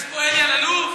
יש פה אלי אלאלוף,